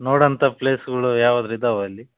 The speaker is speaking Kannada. ನೋಡೋಂತ ಪ್ಲೇಸ್ಗಳು ಯಾವುದ್ರು ಇದ್ದಾವ ಅಲ್ಲಿ